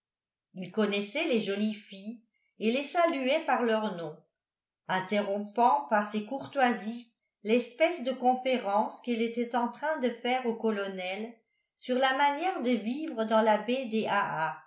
il connaissait les jolies filles et les saluait par leur nom interrompant par ces courtoisies l'espèce de conférence qu'il était en train de faire au colonel sur la manière de vivre dans la baie